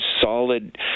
solid